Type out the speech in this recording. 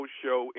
show